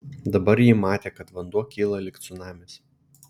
dabar ji matė kad vanduo kyla lyg cunamis